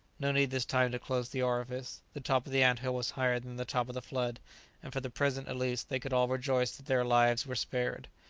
no need this time to close the orifice the top of the ant-hill was higher than the top of the flood and for the present, at least, they could all rejoice that their lives were spared!